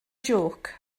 jôc